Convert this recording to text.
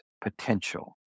potential